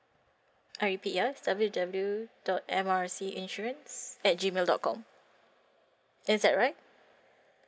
I repeat ya it's W_W_W dot M R C insurance at gmail dot com is that right